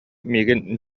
миигин